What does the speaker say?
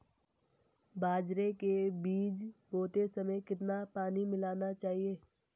बाजरे के बीज बोते समय कितना पानी मिलाना चाहिए?